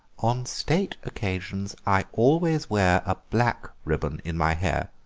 on state occasions i always wear a black ribbon in my hair,